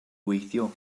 gweithio